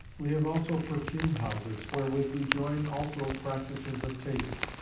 we have also perfume-houses wherewith we join also practices of taste.